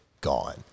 Gone